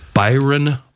Byron